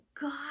God